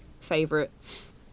favorites